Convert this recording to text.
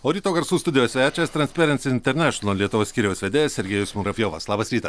o ryto garsų studijos svečias transparency international lietuvos skyriaus vedėjas sergejus muravjovas labas rytas